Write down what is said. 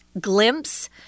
glimpse